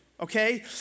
okay